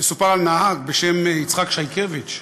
סופר על נהג בשם יצחק שייקביץ,